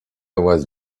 was